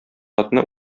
атны